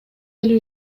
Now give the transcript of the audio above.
эли